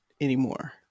anymore